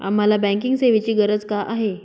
आम्हाला बँकिंग सेवेची गरज का आहे?